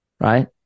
Right